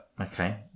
Okay